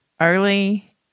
early